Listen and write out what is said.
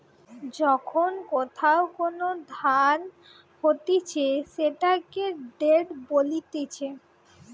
যখন কোথাও কোন ধার হতিছে সেটাকে ডেট বলতিছে